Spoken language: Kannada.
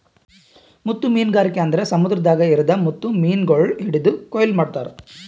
ಮುತ್ತು ಮೀನಗಾರಿಕೆ ಅಂದುರ್ ಸಮುದ್ರದಾಗ್ ಇರದ್ ಮುತ್ತು ಮೀನಗೊಳ್ ಹಿಡಿದು ಕೊಯ್ಲು ಮಾಡ್ತಾರ್